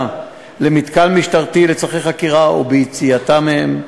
למתקן משטרתי לצורכי חקירה וביציאתם ממנו,